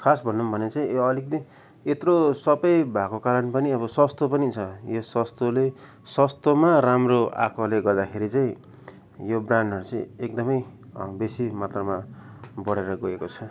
खास भनौँ भने चाहिँ यो अलिकति यत्रो सबै भएको कारण पनि अब सस्तो पनि छ यो सस्तोले सस्तोमा राम्रो आएकोले गर्दाखेरि चाहिँ यो ब्रान्डहरू चाहिँ एकदमै बेसी मात्रामा बढेर गएको छ